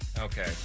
Okay